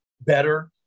better